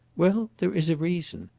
well, there is a reason.